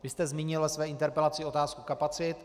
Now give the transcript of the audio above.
Vy jste zmínil ve své interpelaci otázku kapacit.